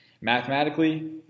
mathematically